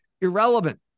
irrelevant